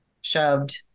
shoved